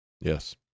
Yes